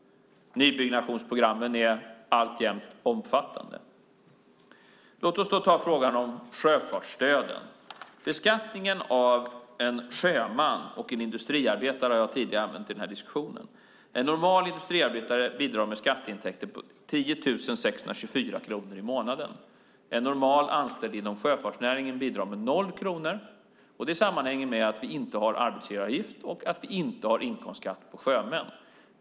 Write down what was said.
Nybyggnationsprogrammen är alltjämt omfattande. Låt oss sedan ta frågan om sjöfartsstöden. Jag har tidigare i diskussionen använt beskattningen av en sjöman respektive en industriarbetare som exempel. En normal industriarbetare bidrar med skatteintäkter på 10 624 kronor i månaden. En normal anställd inom sjöfartsnäringen bidrar med 0 kronor. Det sammanhänger med att vi inte har arbetsgivaravgift och inkomstskatt på sjömän.